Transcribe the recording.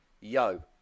Yo